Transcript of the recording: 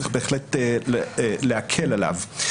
צריך בהחלט להקל עליו.